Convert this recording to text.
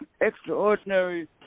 extraordinary